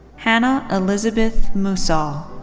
hannah elizabeth musall.